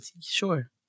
Sure